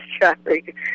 traffic